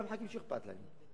אותם חברי כנסת שאכפת להם,